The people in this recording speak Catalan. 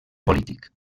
polític